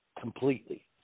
completely